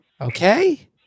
Okay